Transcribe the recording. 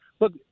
Look